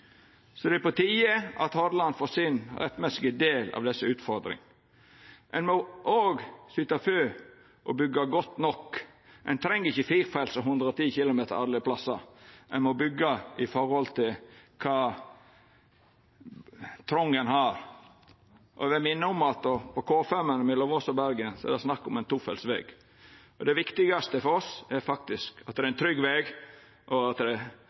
Så det er på tide at Hordaland får sin rettmessige del av desse utbyggingane. Me må òg syta for å byggja godt nok. Ein treng ikkje firefelts veg med 110 km/t alle plassar. Ein må byggja etter kva trong ein har. Eg vil minna om at ved K5-alternativet mellom Voss og Bergen er det snakk om ein tofelts veg. Det viktigaste for oss er faktisk at det er ein trygg veg, og at det